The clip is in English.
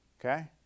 okay